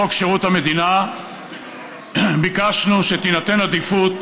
בחוק שירות המדינה ביקשנו שתינתן עדיפות,